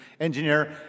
engineer